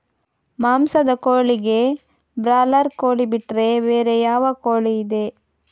ಮಾಂಸದ ಕೋಳಿಗೆ ಬ್ರಾಲರ್ ಕೋಳಿ ಬಿಟ್ರೆ ಬೇರೆ ಯಾವ ಕೋಳಿಯಿದೆ?